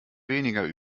weniger